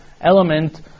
element